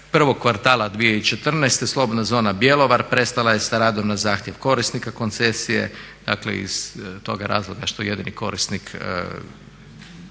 prvog kvartala 2014. slobodna zona Bjelovar prestala je sa radom na zahtjev korisnika koncesije, dakle iz toga razloga što jedini korisnik